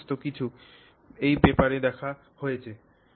এই সমস্ত কিছুই এই পেপারে দেখা হয়েছে